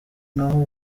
naho